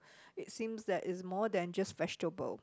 it seems that it's more than just vegetable